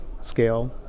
scale